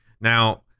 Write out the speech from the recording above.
Now